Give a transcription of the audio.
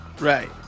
Right